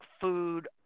food